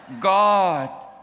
God